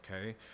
okay